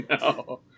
No